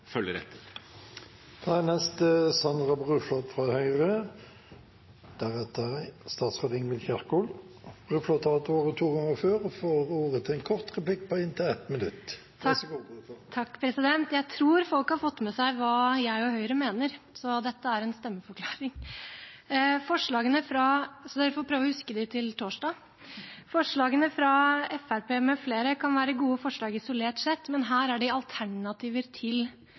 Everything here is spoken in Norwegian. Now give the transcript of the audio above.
Sandra Bruflot har hatt ordet to ganger tidligere og får ordet til en merknad, begrenset til 1 minutt. Jeg tror folk har fått med seg hva jeg og Høyre mener, så dette er en stemmeforklaring som vi får prøve å huske til torsdag. Forslagene fra Fremskrittspartiet med flere kan være gode forslag isolert sett, men her er de alternativer til